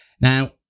Now